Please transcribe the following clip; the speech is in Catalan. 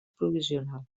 provisional